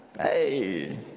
hey